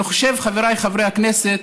אני חושב, חבריי חברי הכנסת,